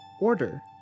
order